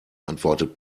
antwortet